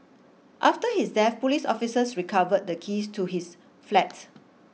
after his death police officers recovered the keys to his flat